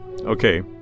Okay